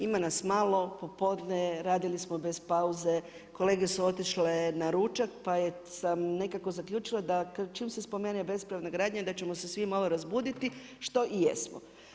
Ima nas malo, popodne je, radili smo bez pauze, kolege smo otišle na ručak, pa sam nekako zaključila da čim se spomene bespravne gradnja, da ćemo se svi malo razbuditi što i jesmo.